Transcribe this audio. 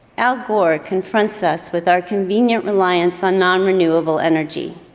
al gore confronts us with our convenient reliance on non-renewable energy.